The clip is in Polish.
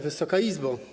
Wysoka Izbo!